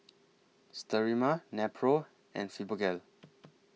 Sterimar Nepro and Fibogel